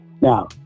Now